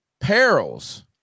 perils